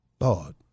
Lord